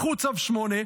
קחו צו 8,